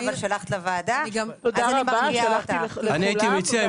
הייתי מציע,